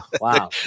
wow